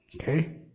Okay